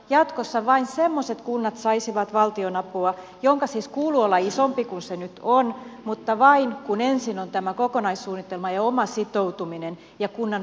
jatkossa vain semmoiset kunnat saisivat valtionapua jonka siis kuuluu olla isompi kuin se nyt on mutta vain kun ensin on tämä kokonaissuunnitelma ja oma sitoutuminen ja kunnan omavastuu hoidettu